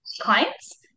clients